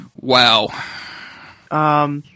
Wow